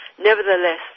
Nevertheless